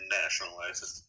nationalizes